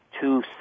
Two